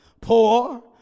poor